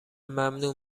ممنون